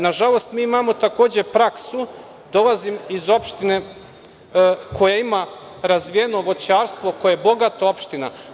Nažalost, mi imamo takođe praksu, dolazim iz opštine koja ima razvijeno voćarstvo, koja je bogata opština.